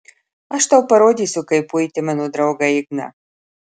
aš tau parodysiu kaip uiti mano draugą igną